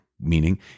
meaning